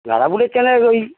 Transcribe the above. গাঁদা ফুলের চেইনের ওই